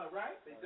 right